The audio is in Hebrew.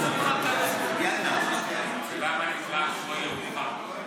למה נקרא שמו ירוחם?